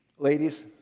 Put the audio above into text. Ladies